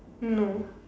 hmm